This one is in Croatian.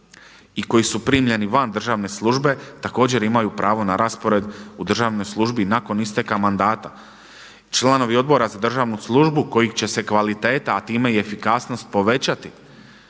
i koji su primljeni van državne službe, također imaju pravo na raspored u državnoj službi nakon isteka mandata. Članovi Odbora za državnu službu kojih će se kvaliteta, a time i efikasnost povećati